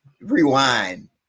rewind